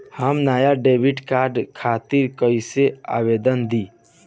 हम नया debit card के खातिर कइसे आवेदन दीं?